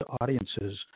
audiences